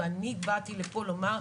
ואני באתי לפה לומר,